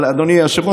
אבל אדוני היושב-ראש,